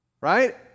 Right